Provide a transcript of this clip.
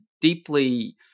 deeply